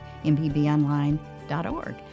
mpbonline.org